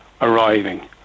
arriving